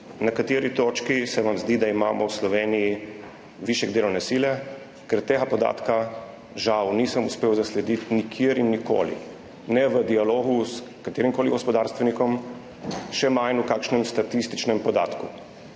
na kateri točki se vam zdi, da imamo v Sloveniji višek delovne sile, ker tega podatka žal nisem uspel zaslediti nikjer in nikoli, ne v dialogu s katerimkoli gospodarstvenikom, še manj v kakšnem statističnem podatku.